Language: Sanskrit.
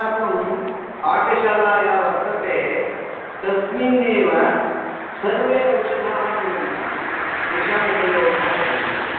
अस्माकं पाकशाला या वर्तते तस्मिन्नेव सर्वे औषधाः मिलन्ति तेषाम् उपयोगः करणीयः